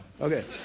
Okay